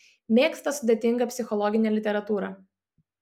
mėgsta sudėtingą psichologinę literatūrą